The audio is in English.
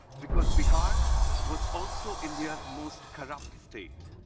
because bihar was also india's most corrupt state,